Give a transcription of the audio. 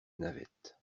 navette